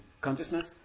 consciousness